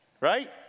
Right